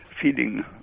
feeding